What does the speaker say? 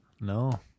No